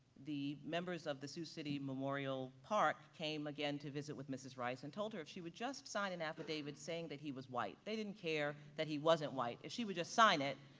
the members of the sioux city memorial park came again to visit with mrs. rice and told her if she would just sign an affidavit saying that he was white, they didn't care that he wasn't white, if she would just sign it,